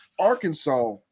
Arkansas